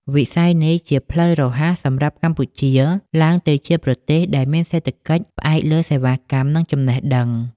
វិស័យនេះជាផ្លូវរហ័សសម្រាប់កម្ពុជា ឡើងទៅជាប្រទេសដែលមានសេដ្ឋកិច្ចផ្អែកលើសេវាកម្ម និងចំណេះដឹង។